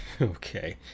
Okay